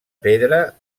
pedra